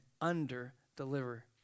under-deliver